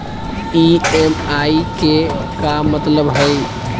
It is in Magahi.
ई.एम.आई के का मतलब हई?